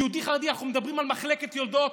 יהודי חרדי, אנחנו מדברים על מחלקת יולדות.